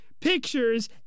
pictures